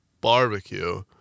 barbecue